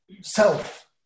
self